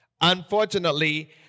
unfortunately